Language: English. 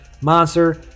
monster